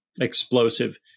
explosive